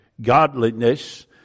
godliness